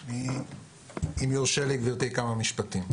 אם יורשה לי, גבירתי, כמה משפטים.